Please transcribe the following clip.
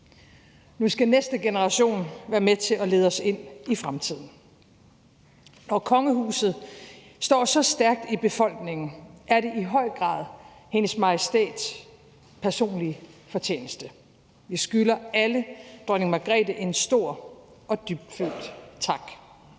Nu skal næste generation være med til at lede os ind i fremtiden. Når kongehuset står så stærkt i befolkningen, er det i høj grad Hendes Majestæts personlige fortjeneste. Vi skylder alle dronning Margrethe en stor og dybtfølt tak.